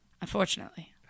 Unfortunately